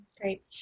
Great